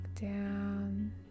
down